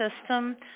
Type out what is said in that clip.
system